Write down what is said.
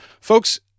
folks